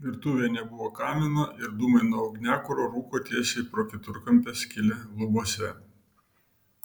virtuvėje nebuvo kamino ir dūmai nuo ugniakuro rūko tiesiai pro keturkampę skylę lubose